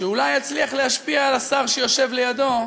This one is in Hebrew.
שאולי יצליח להשפיע על השר שיושב לידו,